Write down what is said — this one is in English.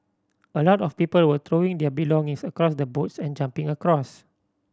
a lot of people were throwing their belongings across the boats and jumping across